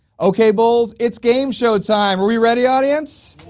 okay bulls it's game show time are we ready audience?